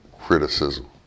criticism